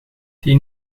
die